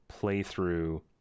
playthrough